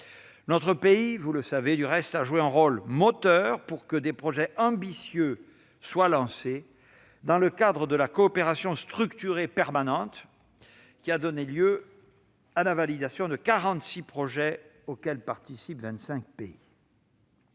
Notre pays a donc joué un rôle moteur pour que des projets ambitieux soient lancés dans le cadre de la coopération structurée permanente, qui a donné lieu à la validation de quarante-six projets auxquels participent